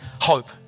hope